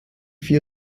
vier